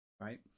right